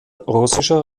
russischer